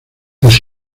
las